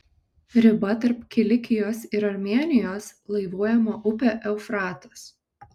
riba tarp kilikijos ir armėnijos laivuojama upė eufratas